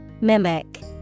Mimic